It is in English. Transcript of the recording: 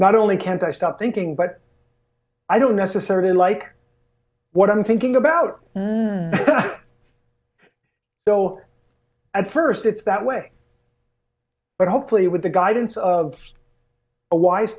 not only can't i stop thinking but i don't necessarily like what i'm thinking about so at first it's that way but hopefully with the guidance of a wise